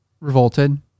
revolted